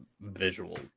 visual